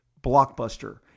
blockbuster